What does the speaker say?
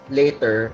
later